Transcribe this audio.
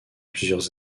plusieurs